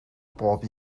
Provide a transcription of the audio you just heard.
bob